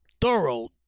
thorough